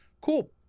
Cool